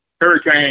hurricane